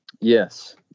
Yes